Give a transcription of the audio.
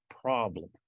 problem